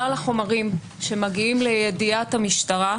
כלל החומרים שמגיעים לידיעת המשטרה,